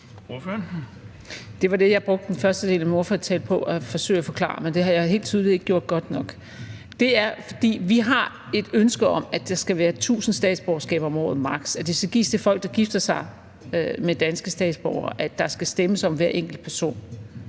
Det var det, jeg brugte første del af min ordførertale på at forsøge at forklare, men det har jeg helt tydeligt ikke gjort godt nok. Det er, fordi vi har et ønske om, at der maksimalt skal være 1.000 statsborgerskaber om året, at de skal gives til folk, der gifter sig med danske statsborgere, og at der skal stemmes om hver enkelt person